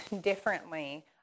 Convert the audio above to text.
differently